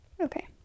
Okay